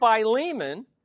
Philemon